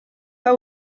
pas